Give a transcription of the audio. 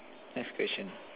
next question